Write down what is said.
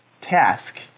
task